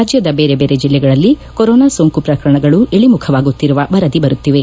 ರಾಜ್ದದ ಬೇರೆ ಬೇರೆ ಜಿಲ್ಲೆಗಳಲ್ಲಿ ಕೊರೊನಾ ಸೋಂಕು ಪ್ರಕರಣಗಳು ಇಳಿಮುಖವಾಗುತ್ತಿರುವ ವರದಿ ಬರುತ್ತಿವೆ